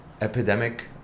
epidemic